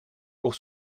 pour